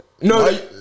No